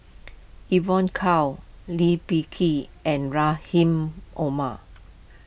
Evon Kow Lee Peh Gee and Rahim Omar